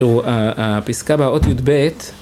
‫הפסקה באות יב